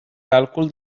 càlcul